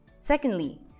Secondly